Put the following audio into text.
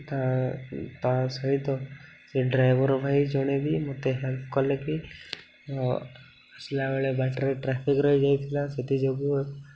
ତା ତା ସହିତ ସେ ଡ୍ରାଇଭର୍ ଭାଇ ଜଣେ ବି ମତେ ହେଲ୍ପ କଲେ ବି ଆସିଲା ବେଳେ ବାଟରେ ଟ୍ରାଫିକ୍ ରହିଯାଇଥିଲା ସେଥିଯୋଗୁଁ